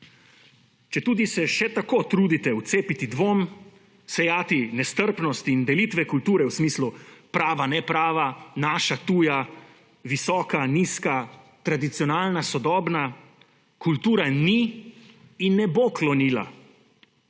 Četudi se še tako trudite vcepiti dvom, sejati nestrpnost in delitve kulture v smislu prava – ne prava, naša – tuja, visoka – nizka, tradicionalna – sodobna, kultura ni in ne bo klonila.